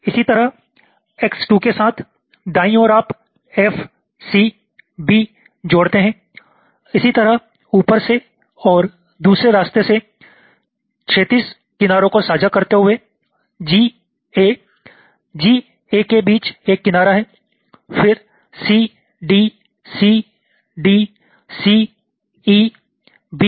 इसी तरह X2 के साथ दाईं ओर आप F C B जोड़ते हैं इसी तरह ऊपर से और दूसरे रास्ते से क्षैतिज किनारों को साझा करते हुए G A G A के बीच एक किनारा है फिर C D C D C E B F और B C